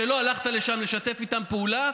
שלא הלכת לשם לשתף איתם פעולה,